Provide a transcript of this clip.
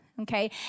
Okay